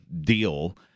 deal